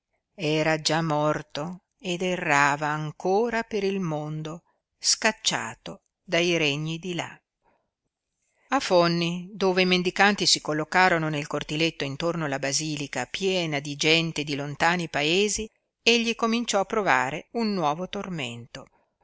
era già morto ed errava ancora per il mondo scacciato dai regni di là a fonni dove i mendicanti si collocarono nel cortiletto intorno alla basilica piena di gente di lontani paesi egli cominciò a provare un nuovo tormento